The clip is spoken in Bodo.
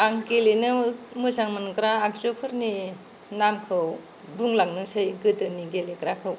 आं गेलेनो मोजां मोनग्रा आगजुफोरनि नामखौ बुंलांनोसै गोदोनि गेलेग्राखौ